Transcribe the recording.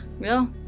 real